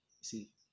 see